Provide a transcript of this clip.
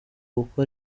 kuko